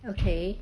okay